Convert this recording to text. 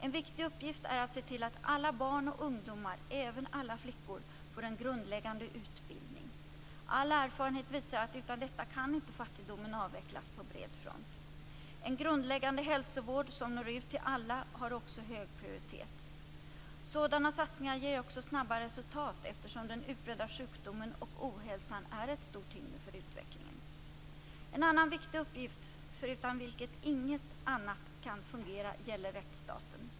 En viktig uppgift är att se till att alla barn och ungdomar, även alla flickor, får en grundläggande utbildning. All erfarenhet visar att utan detta kan inte fattigdomen avvecklas på bred front. En grundläggande hälsovård som når ut till alla har också hög prioritet. Sådana satsningar ger också snabba resultat, eftersom den utbredda sjukdomen och ohälsan är ett stort hinder för utvecklingen. En annan viktig uppgift förutan vilken inget annat kan fungera gäller rättsstaten.